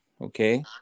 okay